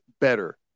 better